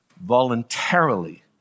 voluntarily